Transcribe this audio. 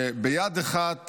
שביד אחת